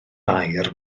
aur